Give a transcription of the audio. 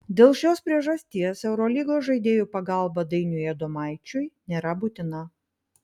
dėl šios priežasties eurolygos žaidėjų pagalba dainiui adomaičiui nėra būtina